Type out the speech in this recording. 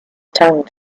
tongue